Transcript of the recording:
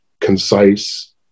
concise